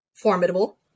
formidable